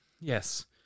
Yes